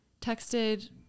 texted